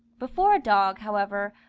before a dog, however,